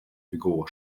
begå